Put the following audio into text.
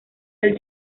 del